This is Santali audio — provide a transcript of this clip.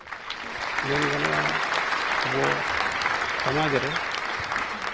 ᱢᱮᱱ ᱜᱟᱱᱚᱜᱼᱟ ᱟᱵᱚ ᱥᱚᱢᱟᱡᱽ ᱨᱮ